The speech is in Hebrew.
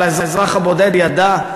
אבל האזרח הבודד ידע,